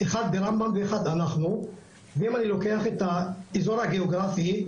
אחד ברמב"ם ואחד אנחנו ואם אני לוקח את האזור הגאוגרפי,